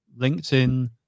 LinkedIn